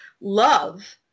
love